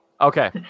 okay